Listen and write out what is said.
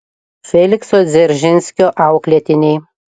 felikso dzeržinskio auklėtiniai